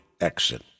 exit